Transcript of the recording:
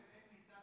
חבריי חברי הכנסת,